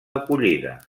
acollida